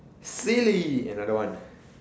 silly another one